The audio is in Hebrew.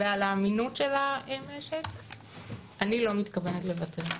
ועל האמינות של המשק אני לא מתכוונת לוותר.